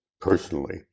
personally